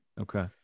Okay